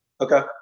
Okay